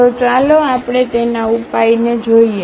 તો ચાલો આપણે તેના ઉપાયને જોઈએ